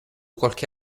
qualche